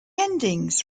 endings